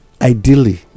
ideally